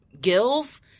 gills